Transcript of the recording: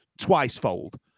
twice-fold